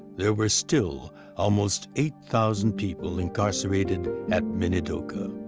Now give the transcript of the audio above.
there were still almost eight thousand people incarcerated at minidoka.